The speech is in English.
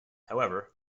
however